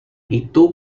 itu